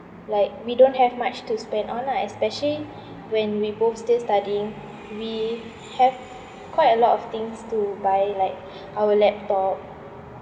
like we don't have much to spend on ah especially when we both still studying we have quite a lot of things to buy like our laptop